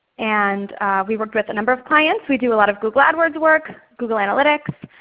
and we work with a number of clients. we do a lot of google adwords work, google analytics,